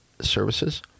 Services